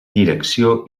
direcció